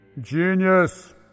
Genius